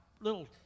Little